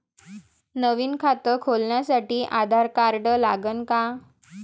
नवीन खात खोलासाठी आधार कार्ड लागन का?